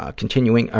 ah continuing, ah